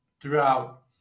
Throughout